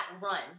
run